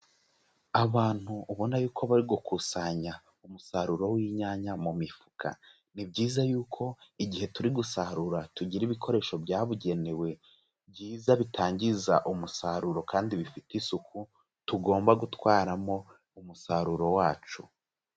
Abantu ubona yuko bari gukusanya umusaruro w'inyanya mu mifuka, ni byiza yuko igihe turi gusarura tugira ibikoresho byabugenewe byiza bitangiza umusaruro kandi bifite isuku tugomba gutwaramo umusaruro wacu.